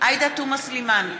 עאידה תומא סלימאן,